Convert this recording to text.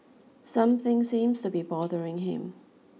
something seems to be bothering him